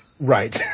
Right